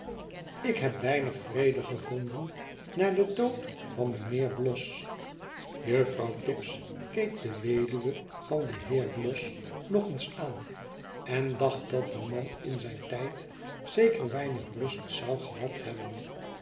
ik heb weinig vrede gevonden na den dood van mijnheer bloss juffrouw tibbs keek de weduwe van den heer bloss nog eens aan endacht datde man in zijn tijd zeker weinig rust zou gehad hebben